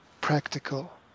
practical